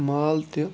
مال تہِ